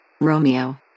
Romeo